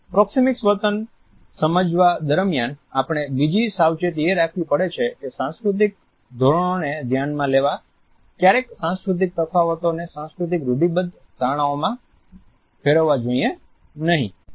proxemic વર્તન સમજવા દરમિયાન આપણે બીજી સાવચેતી એ રાખવી પડે છે કે સાંસ્કૃતિક ધોરણોને ધ્યાનમાં લેવા ક્યારેય સાંસ્કૃતિક તફાવતોને સાંસ્કૃતિક રૂઢિબદ્ધ ધારણાઓ માં ફેરવવા જોઈએ નહિ